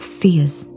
fears